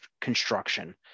construction